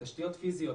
תשתיות פיזיות,